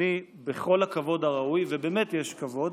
ובכל הכבוד הראוי, ובאמת יש כבוד,